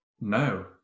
No